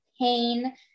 pain